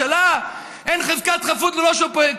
אין חזקת חפות לראש ממשלה?